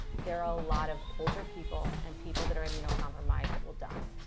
there are a lot of older people and people that are immunocompromised that will die.